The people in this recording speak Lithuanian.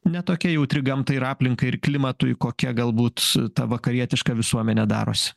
ne tokia jautri gamtai ir aplinkai ir klimatui kokia galbūt ta vakarietiška visuomenė darosi